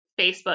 Facebook